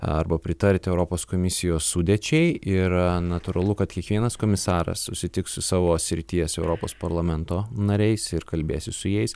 arba pritarti europos komisijos sudėčiai ir natūralu kad kiekvienas komisaras susitiks su savo srities europos parlamento nariais ir kalbėsis su jais